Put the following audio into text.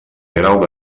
grau